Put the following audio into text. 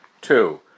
Two